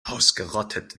ausgerottet